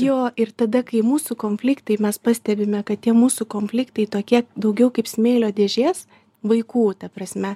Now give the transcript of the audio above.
jo ir tada kai mūsų konfliktai mes pastebime kad tie mūsų konfliktai tokie daugiau kaip smėlio dėžės vaikų ta prasme